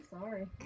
sorry